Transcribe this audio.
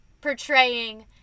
portraying